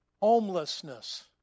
homelessness